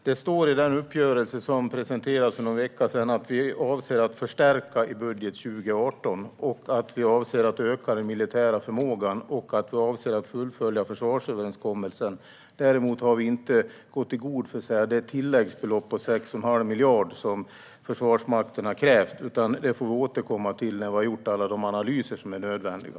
Herr talman! Det står i den uppgörelse som presenterades för någon vecka sedan att vi avser att förstärka i budgeten 2018, att vi avser att öka den militära förmågan och att vi avser att fullfölja försvarsöverenskommelsen. Däremot har vi inte gått i god för det tilläggsbelopp på 6 1⁄2 miljard som Försvarsmakten har krävt. Det får vi återkomma till när vi har gjort alla de analyser som är nödvändiga.